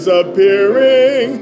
appearing